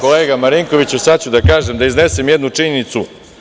Kolega Marinkoviću, sada ću da kažem, da iznesem jednu činjenicu.